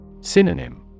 Synonym